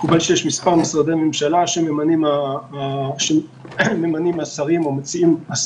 מקובל שיש מספר משרדי ממשלה שממנים השרים המציעים,